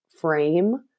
frame